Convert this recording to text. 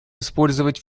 использовать